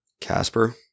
Casper